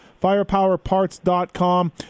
firepowerparts.com